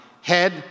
head